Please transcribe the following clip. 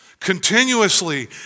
continuously